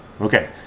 Okay